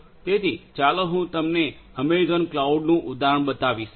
તેથી ચાલો હું તમને એમેઝોન ક્લાઉડનું ઉદાહરણ બતાવીશ